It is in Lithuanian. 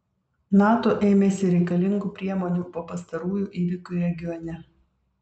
nato ėmėsi reikalingų priemonių po pastarųjų įvykių regione